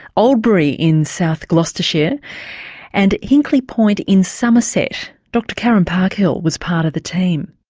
oldbury in south gloucestershire and hinkley point in somerset. dr karen parkhill was part of the team.